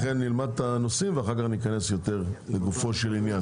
לכן נלמד קודם את הנושאים ולאחר מכן ניכנס יותר לגופו של עניין.